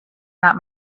not